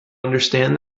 understand